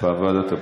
ועדת הפנים.